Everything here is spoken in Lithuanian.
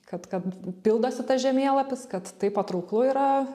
kad kad pildosi tas žemėlapis kad tai patrauklu yra